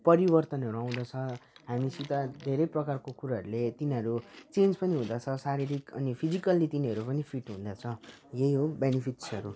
परिवर्तनहरू आउँदछ हामीसित धेरै प्रकारको कुरोहरूले तिनीहरू चेन्ज पनि हुँदछ शारीरिक अनि फिजिकली तिनीहरू पनि फिट हुँदछ यही हो बेनिफिट्सहरू